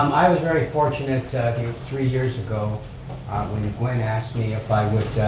i was very fortunate three years ago when gwen asked me if i would